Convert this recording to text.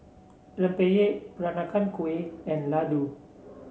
Rempeyek Peranakan Kueh and Laddu